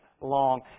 long